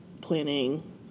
planning